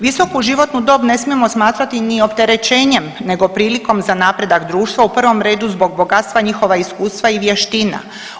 Visoku životnu dob ne smijemo smatrati ni opterećenjem nego prilikom za napredak društva, u prvom redu zbog bogatstva njihova iskustva i vještina.